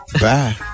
Bye